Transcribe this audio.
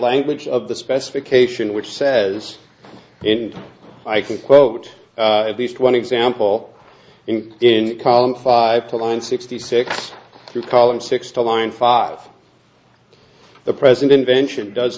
language of the specification which says and i can quote at least one example in in column five to line sixty six through column six to line five the present invention does